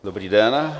Dobrý den.